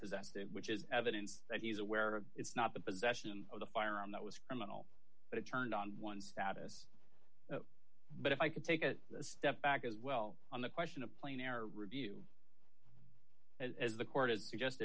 possessed it which is evidence that he's aware of it's not the possession of the firearm that was criminal but it turned on one status but if i could take a step back as well on the question of plain error review as the court